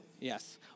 Yes